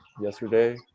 yesterday